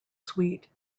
sweet